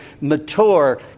mature